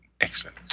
Excellent